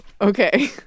Okay